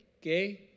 que